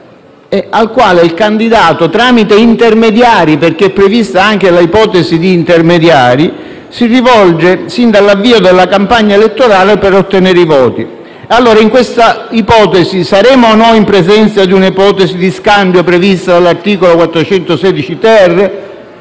al quale il candidato, tramite intermediari - è prevista anche l'ipotesi di intermediari - si rivolge sin dall'avvio della campagna elettorale per ottenere voti. In questo caso, saremmo o no in presenza di un'ipotesi di scambio, come previsto dall'articolo 416*-ter*?